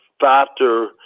factor